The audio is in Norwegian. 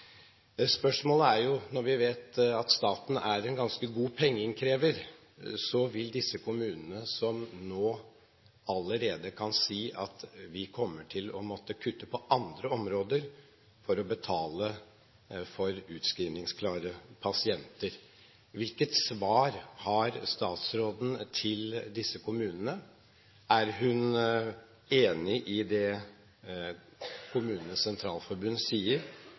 Vi vet at staten er en ganske god pengeinnkrever, og disse kommunene kan allerede nå si at de kommer til å måtte kutte på andre områder for å betale for utskrivningsklare pasienter. Jeg spør da: Hvilket svar har statsråden til disse kommunene? Er hun enig i det Kommunenes Sentralforbund sier,